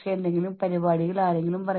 പക്ഷെ അത് എങ്ങനെ സാധ്യമാകും